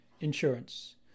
insurance